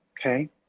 Okay